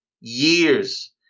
years